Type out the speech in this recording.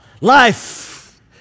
Life